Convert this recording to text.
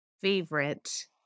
favorite